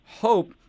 hope